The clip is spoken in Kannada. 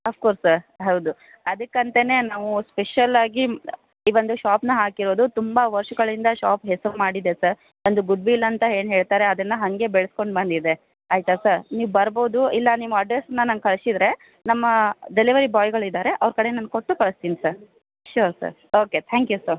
ಅಫ್ ಕೋಸ್ ಸರ್ ಹೌದು ಅದಕ್ಕಂತಲೇ ನಾವು ಸ್ಪೆಷಲಾಗಿ ಈ ಒಂದು ಶಾಪನ್ನ ಹಾಕಿರೋದು ತುಂಬ ವರ್ಷಗಳಿಂದ ಶಾಪ್ ಹೆಸರು ಮಾಡಿದೆ ಸರ್ ಒಂದು ಗುಡ್ವಿಲ್ ಅಂತ ಏನು ಹೇಳ್ತಾರೆ ಅದನ್ನು ಹಾಗೆ ಬೆಳೆಸ್ಕೊಂಡು ಬಂದಿದೆ ಆಯಿತಾ ಸ ನೀವು ಬರ್ಬೋದು ಇಲ್ಲ ನಿಮ್ಮ ಅಡ್ರೆಸನ್ನ ನಂಗೆ ಕಳಿಸಿದ್ರೆ ನಮ್ಮ ಡೆಲಿವರಿ ಬಾಯ್ಗಳಿದ್ದಾರೆ ಅವ್ರ ಕಡೆ ನಾನು ಕೊಟ್ಟು ಕಳಿಸ್ತೀನಿ sir sure sir okay thank you sir